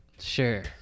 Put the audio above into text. sure